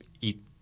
eat